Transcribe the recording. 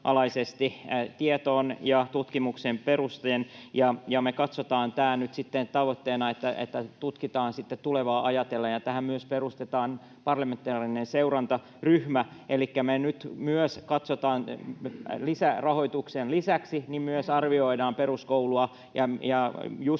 tietoon ja tutkimukseen perustuen, ja me katsotaan nyt sitten tavoitteena, että se tutkitaan tulevaa ajatellen. Tähän myös perustetaan parlamentaarinen seurantaryhmä, elikkä me nyt lisärahoituksen lisäksi arvioidaan peruskoulua just